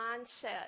mindset